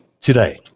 today